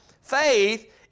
faith